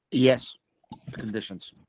yes conditions